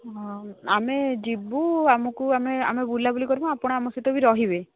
ହଁ ଆମେ ଯିବୁ ଆମକୁ ଆମେ ଆମେ ବୁଲାବୁଲି କରିବୁ ଆପଣ ଆମ ସହିତ ବି ରହିବେ